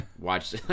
watch